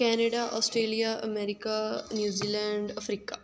Canada Australia America New Zealand Africa